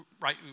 right